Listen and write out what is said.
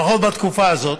לפחות בתקופה הזאת,